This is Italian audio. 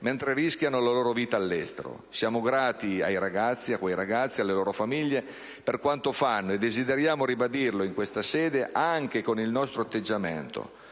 mentre rischiano la loro vita all'estero. Siamo grati a quei ragazzi e alle loro famiglie per quanto fanno e desideriamo ribadirlo in questa sede anche con il nostro atteggiamento.